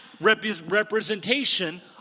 representation